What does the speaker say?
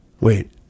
Wait